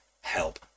help